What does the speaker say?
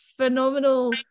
phenomenal